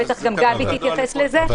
בטח גם גבי תתייחס לזה.